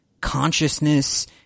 consciousness